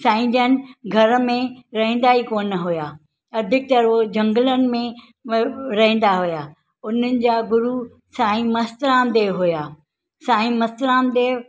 साईंजन घर में रहींदा ई कोन हुआ अधिकतर उहो झंगलनि में रहींदा हुआ उन्हनि जा गुरू साईं मस्तराम देव हुआ साईं मस्तराम देव